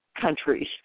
countries